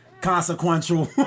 consequential